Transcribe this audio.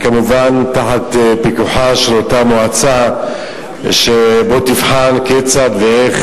כמובן תחת פיקוחה של אותה מועצה שתבחן כיצד ואיך